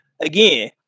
Again